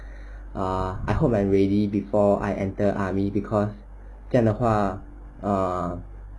ah I hope I'm ready before I enter army because 这样的话 err